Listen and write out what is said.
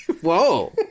Whoa